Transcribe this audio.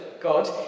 God